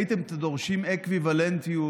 הייתם דורשים אקוויוולנטיות